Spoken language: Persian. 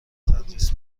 تدریس